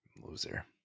Loser